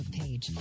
page